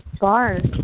bars